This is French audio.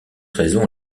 raison